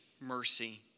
mercy